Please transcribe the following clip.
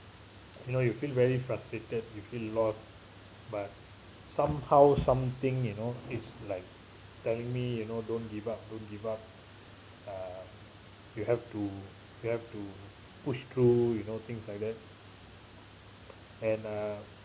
you know you feel very frustrated you feel lost but somehow something you know it's like telling me you know don't give up don't give up uh you have to you have to push through you know things like that and uh